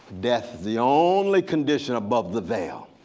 death is the only condition above the veil.